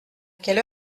quelle